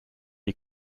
you